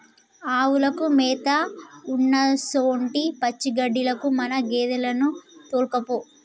ఆవులకు మేత ఉన్నసొంటి పచ్చిగడ్డిలకు మన గేదెలను తోల్కపో